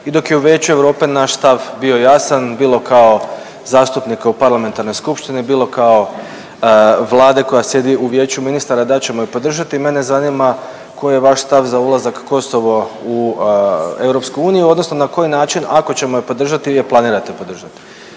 I dok je u Vijeću Europe naš stav bio jasan bilo kao zastupnika u Parlamentarnoj skupštini, bilo kao Vlade koja sjedi u Vijeću ministara da ćemo je podržati. Mene zanima koji je vaš stav za ulazak Kosovo u EU, odnosno na koji način ako ćemo je podržati vi je planirate podržati.